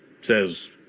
says